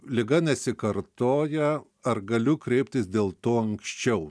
liga nesikartoja ar galiu kreiptis dėl to anksčiau